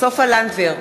סופה לנדבר,